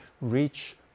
reach